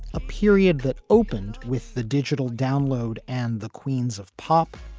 a period that opened with the digital download and the queens of pop.